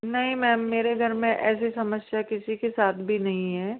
नहीं मैम मेरे घर में ऐसी समस्या किसी के साथ भी नहीं है